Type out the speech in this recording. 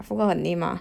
forgot her name lah